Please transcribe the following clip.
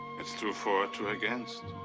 it's two for, two against.